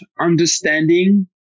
understanding